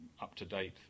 up-to-date